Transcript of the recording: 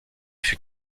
fut